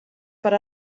per